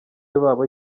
babo